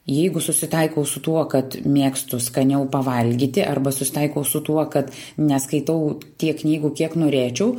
jeigu susitaikau su tuo kad mėgstu skaniau pavalgyti arba susitaiko su tuo kad neskaitau tiek knygų kiek norėčiau